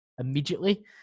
immediately